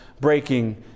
breaking